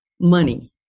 money